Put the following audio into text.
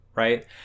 Right